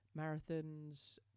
marathons